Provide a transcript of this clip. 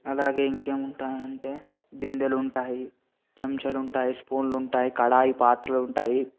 అలాగే ఇంకేముంటాయంటే బిందెలు ఉంటాయి చెమ్చలుంటాయి స్పూన్లుంటాయి కడాయి పాత్రలుంటాయి